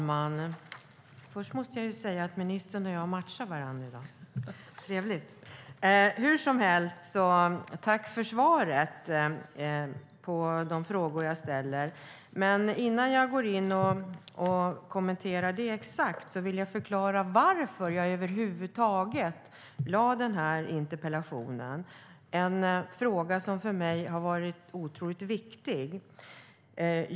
Herr talman! Tack för svaret på de frågor jag ställer! Innan jag går in och kommenterar det exakt vill jag förklara varför jag över huvud taget ställde interpellationen om en fråga som för mig är otroligt viktig.